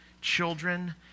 children